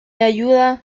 ayuda